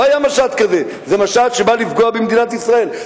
לא היה משט כזה, זה משט שבא לפגוע במדינת ישראל.